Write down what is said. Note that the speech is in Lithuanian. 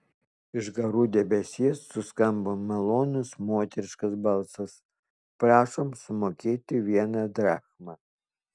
iš garų debesies suskambo malonus moteriškas balsas prašom sumokėti vieną drachmą